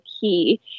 key